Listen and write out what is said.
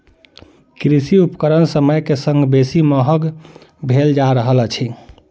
कृषि उपकरण समय के संग बेसी महग भेल जा रहल अछि